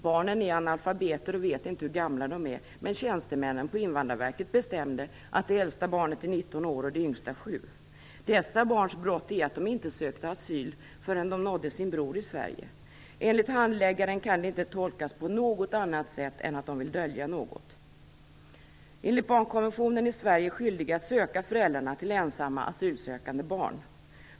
Barnen är analfabeter och vet inte hur gamla de är, men tjänstemannen på Invandrarverket bestämde att det äldsta barnet är 19 år och det yngsta 7 år. Dessa barns brott är att de inte sökte asyl förrän de nådde sin bror i Sverige. Enligt handläggaren kan det inte tolkas på något annat sätt än att de vill dölja något. Enligt barnkonventionen är Sverige skyldigt att söka föräldrarna till ensamma asylsökande barn.